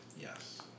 Yes